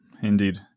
Indeed